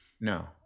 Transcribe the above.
No